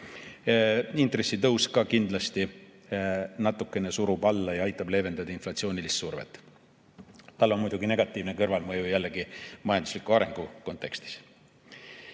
Intressitõus ka kindlasti natukene surub alla ja aitab leevendada inflatsioonilist survet. Sel on muidugi negatiivne kõrvalmõju majandusliku arengu kontekstis.